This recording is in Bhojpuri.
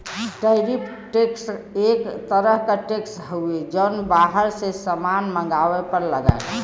टैरिफ टैक्स एक तरह क टैक्स हउवे जौन बाहर से सामान मंगवले पर लगला